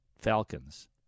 Falcons